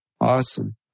Awesome